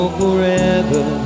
forever